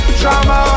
drama